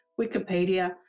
Wikipedia